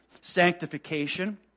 Sanctification